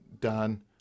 done